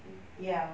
mm ya